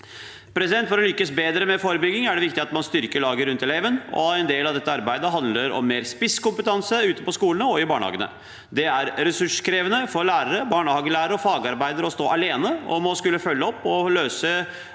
For å lykkes bedre med forebygging er det viktig at man styrker laget rundt eleven, og en del av dette arbeidet handler om å ha mer spisskompetanse ute på skolene og i barnehagene. Det er ressurskrevende for lærere, barnehagelærere og fagarbeidere å stå alene om å skulle følge opp og løse